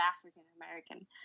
African-American